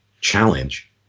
challenge